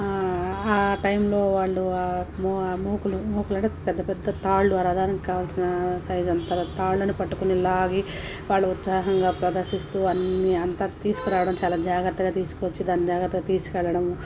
ఆ టైంలో వాళ్ళు ఆ మోకులు మోకులు అంటే పెద్ద పెద్ద తాళ్ళు ఆ రథానికి కావలసిన సైజ్ అంత తాళ్ళని పట్టుకొని లాగి వాళ్ళు ఉత్సాహంగా ప్రదర్శిస్తూ అన్నీ అంతా తీసుకురావడం చాలా జాగ్రత్తగా తీసుకొచ్చి దాన్ని జాగ్రత్తగా తీసుకెళ్ళడము